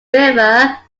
river